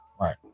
Right